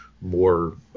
more